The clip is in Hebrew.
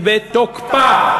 היא בתוקפה.